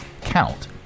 count